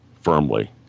firmly